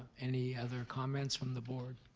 any other comments from the board?